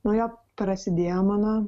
nuo jo prasidėjo mano